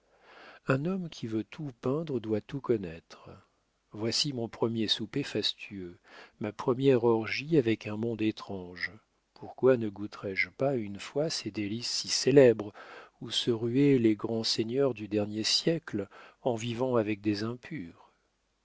un homme qui veut tout peindre doit tout connaître voici mon premier souper fastueux ma première orgie avec un monde étrange pourquoi ne goûterais je pas une fois ces délices si célèbres où se ruaient les grands seigneurs du dernier siècle en vivant avec des impures